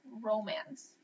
romance